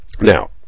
Now